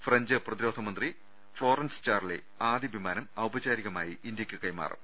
French പ്രതിരോധ മന്ത്രി Florence Charlie ആദ്യ വിമാനം ഔപചാരികമായി ഇന്ത്യക്ക് കൈമാറും